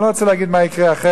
אני לא רוצה להגיד מה יקרה אחרת,